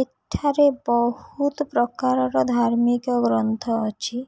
ଏଠାରେ ବହୁତ ପ୍ରକାରର ଧାର୍ମିକ ଗ୍ରନ୍ଥ ଅଛି